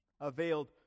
availed